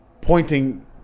pointing